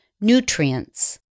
nutrients